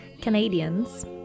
Canadians